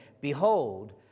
Behold